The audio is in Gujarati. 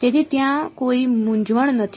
તેથી ત્યાં કોઈ મૂંઝવણ નથી